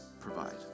provide